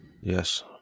Yes